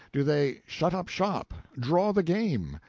do they shut up shop, draw the game,